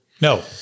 no